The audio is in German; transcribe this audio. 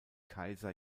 kaiser